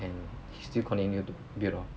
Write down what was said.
and he still continue to build lor